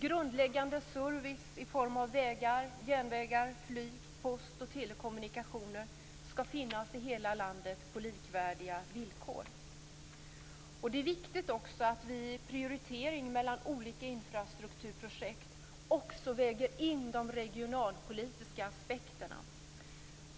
Grundläggande service i form av vägar, järnvägar, flyg, post och telekommunikationer skall finnas i hela landet på likvärdiga villkor. Det är också viktigt att vi vid prioritering mellan olika infrastrukturprojekt väger in de regionalpolitiska aspekterna.